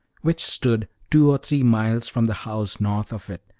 which stood two or three miles from the house, north of it,